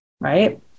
right